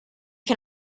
can